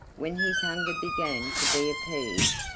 when his hunger began to be appeased,